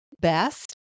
best